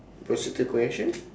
proceed the question